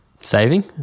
Saving